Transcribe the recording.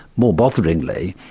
more botheringly,